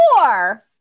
Four